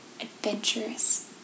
adventurous